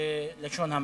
בלשון המעטה.